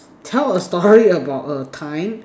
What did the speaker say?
tell a story about a time